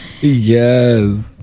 Yes